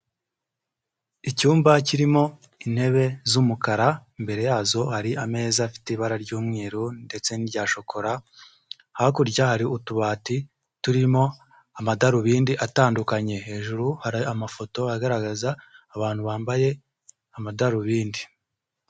Icyumba kirimo intebe z'umukara imbere yazo hari ameza afite ibara ry'umweru ndetse n'irya shokora, hakurya hari utubati turimo amadarubindi atandukanye, hejuru hari amafoto agaragaza abantu bambaye amadarubindi.